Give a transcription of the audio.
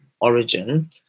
origin